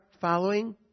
following